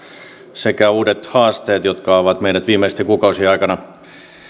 sekä uudet haasteet jotka ovat meidät viimeisten kuukausien aikana